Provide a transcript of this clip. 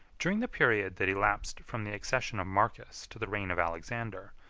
during the period that elapsed from the accession of marcus to the reign of alexander,